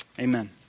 Amen